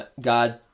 God